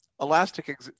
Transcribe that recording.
elastic